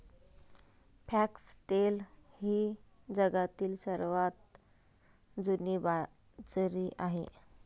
foxtail ही जगातील सर्वात जुनी बाजरी आहे